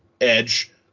edge